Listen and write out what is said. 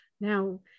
Now